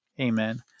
Amen